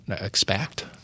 expect